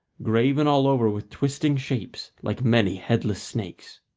graven all over with twisting shapes like many headless snakes.